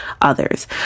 others